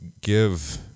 give